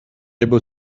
able